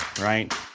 right